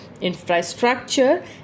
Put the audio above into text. infrastructure